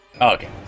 Okay